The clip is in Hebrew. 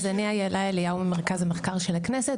אז אני איילה אליהו ממרכז המחקר של הכנסת,